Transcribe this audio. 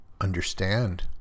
understand